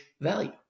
value